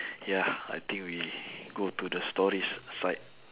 ya I think we go to the stories side